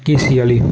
के सी आह्ली